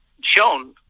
shown